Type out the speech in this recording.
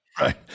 right